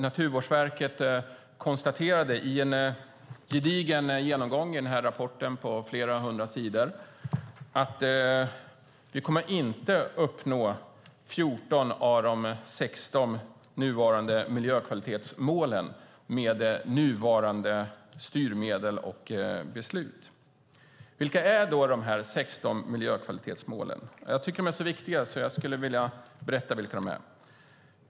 Naturvårdsverket konstaterade i en gedigen genomgång - rapporten på flera hundra sidor - att vi inte kommer att uppnå 14 av de 16 miljökvalitetsmålen med hjälp av nuvarande styrmedel och beslut. Vilka är de 16 miljökvalitetsmålen? Jag tycker att de är så viktiga att jag vill berätta vilka de är.